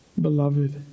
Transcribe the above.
beloved